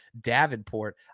Davenport